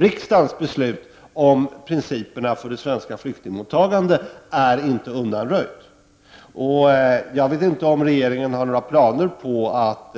Riksdagens beslut om principerna för det svenska flyktingmottagandet är inte undanröjt, och jag vet inte om regeringen har några planer på att